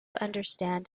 understand